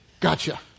Gotcha